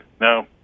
No